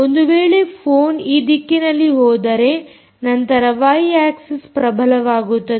ಒಂದು ವೇಳೆ ಫೋನ್ ಈ ದಿಕ್ಕಿನಲ್ಲಿ ಹೋದರೆ ನಂತರ ವೈ ಆಕ್ಸಿಸ್ ಪ್ರಬಲವಾಗುತ್ತದೆ